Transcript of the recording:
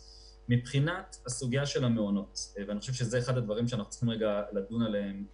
סוגיית המעונות היא אחד הדברים שאנחנו צריכים לדון עליהם כאן.